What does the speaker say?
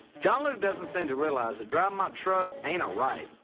john luke doesn't seem to realize that driving my truck ain't a right,